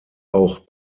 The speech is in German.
auch